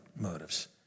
motives